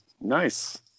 Nice